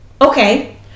okay